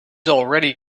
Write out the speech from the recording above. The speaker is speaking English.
already